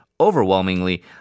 overwhelmingly